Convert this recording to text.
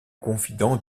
confident